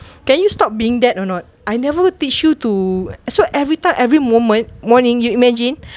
can you stop being dead or not I never teach you to so every time every moment morning you imagine